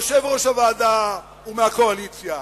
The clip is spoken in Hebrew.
יושב-ראש הוועדה הוא מהקואליציה,